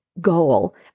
goal